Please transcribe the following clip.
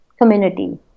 community